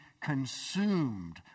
consumed